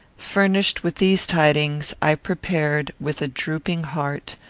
furnished with these tidings, i prepared, with a drooping heart,